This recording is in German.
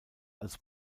als